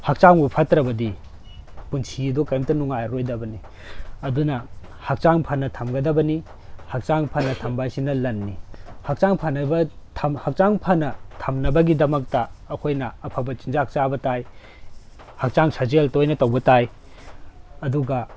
ꯍꯛꯆꯥꯡꯕꯨ ꯐꯠꯇ꯭ꯔꯕꯗꯤ ꯄꯨꯟꯁꯤ ꯑꯗꯨ ꯀꯔꯤꯝꯇ ꯅꯨꯡꯉꯥꯏꯔꯔꯣꯏꯗꯕꯅꯤ ꯑꯗꯨꯅ ꯍꯛꯆꯥꯡ ꯐꯅ ꯊꯝꯒꯗꯕꯅꯤ ꯍꯛꯆꯥꯡ ꯐꯅ ꯊꯝꯕ ꯍꯥꯏꯁꯤꯅ ꯂꯟꯅꯤ ꯍꯛꯆꯥꯡ ꯐꯅꯕ ꯍꯛꯆꯥꯡ ꯐꯅ ꯊꯝꯅꯕꯒꯤꯗꯃꯛꯇ ꯑꯩꯈꯣꯏꯅ ꯑꯐꯕ ꯆꯤꯟꯖꯥꯛ ꯆꯥꯕ ꯇꯥꯏ ꯍꯛꯆꯥꯡ ꯁꯥꯖꯦꯜ ꯇꯣꯏꯅ ꯇꯧꯕ ꯇꯥꯏ ꯑꯗꯨꯒ